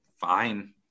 fine